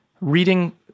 reading